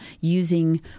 using